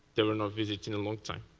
they were not visited in a long time.